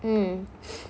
mm